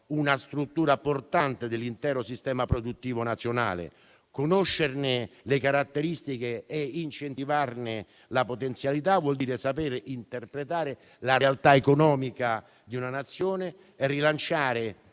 una struttura portante dell'intero sistema produttivo nazionale; conoscerne le caratteristiche e incentivarne la potenzialità vuol dire sapere interpretare la realtà economica di una Nazione e rilanciare